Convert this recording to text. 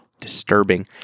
disturbing